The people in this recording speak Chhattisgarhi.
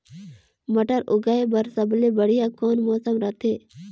मटर उगाय बर सबले बढ़िया कौन मौसम रथे?